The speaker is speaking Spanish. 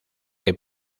que